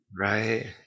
Right